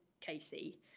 Casey